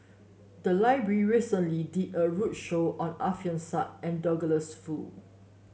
the library recently did a roadshow on Alfian Sa and Douglas Foo